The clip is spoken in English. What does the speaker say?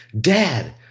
dad